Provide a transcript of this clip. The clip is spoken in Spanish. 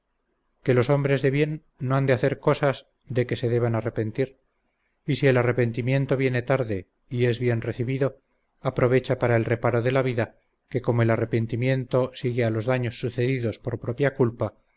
que los hombres de bien no han de hacer cosas de que se deban arrepentir y si el arrepentimiento viene tarde y es bien recibido aprovecha para el reparo de la vida que como el arrepentimiento sigue a los daños sucedidos por propia culpa